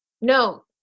no